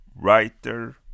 writer